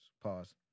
Pause